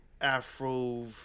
Afro